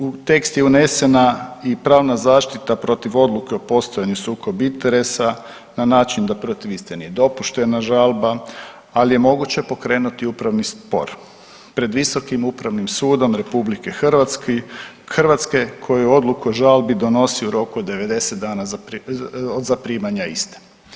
Također u tekst je unesena i pravna zaštita protiv odluke o postojanju sukob interesa na način da protiv iste nije dopuštena žalba, ali je moguće pokrenuti upravni spor pred Visokim upravnim sudom Republike Hrvatske koju odluku o žalbi donosi u roku od 90 dana od zaprimanja iste.